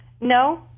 No